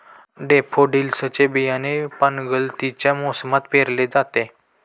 daffodils चे बियाणे पानगळतीच्या मोसमात पेरले जाते